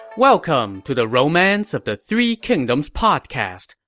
welcome to the romance of the three kingdoms podcast.